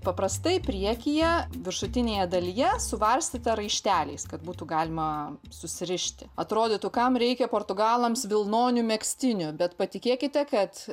paprastai priekyje viršutinėje dalyje suvarstyta raišteliais kad būtų galima susirišti atrodytų kam reikia portugalams vilnonių megztinių bet patikėkite kad